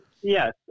Yes